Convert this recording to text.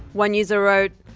one user wrote,